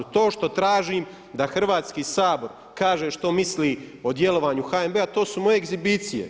To što tražim da Hrvatski sabor kaže što misli o djelovanju HNB-a to su moje egzibicije.